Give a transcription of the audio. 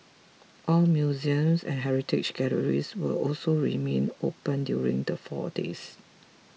all museums and heritage galleries will also remain open during the four days